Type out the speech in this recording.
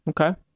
Okay